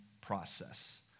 process